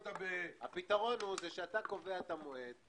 הפתרון הוא שאתה קובע את המועד.